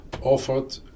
offered